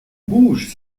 bougent